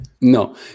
No